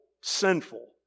sinful